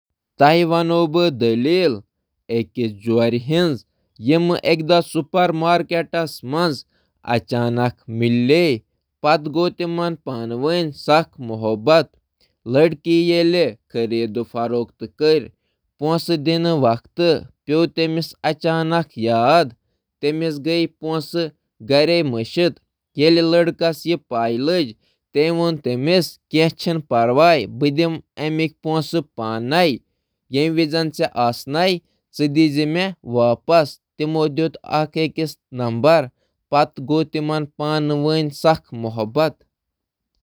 بہٕ وَنہٕ أکِس جورِ مُتعلِق اکھ دٔلیٖل یُس سُپر مارکیٹَس منٛز أکِس موقعَس پٮ۪ٹھ سمکھیوٚو ییٚلہِ أکۍ کورِ پنٕنۍ خٔریٖدٲری مۄکلٲو ییٚلہِ سۄ ادائیگی کرنَس نزدیٖک ٲس۔ تٔمۍ سُنٛد خیال اوس زِ تٔمۍ چھُ پنُن بٹوٕ گَرَس منٛز ترٛوومُت۔ أکِس لٔڑکہٕ یُس أمِس نزدیٖک اوس، اوس زانان زِ کوٗر ٲس نہٕ اَدا کٔرِتھ۔ تٔمۍ پرٛژھ أمِس، بہٕ کَرٕ تُہُنٛد بِل ادا۔ ییٚلہِ تہِ تُہۍ یژھِو، تُہۍ ہیٚکِو مےٚ دِتھ۔